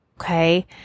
Okay